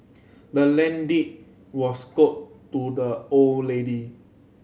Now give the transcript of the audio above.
the land deed was to the old lady